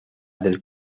del